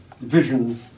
vision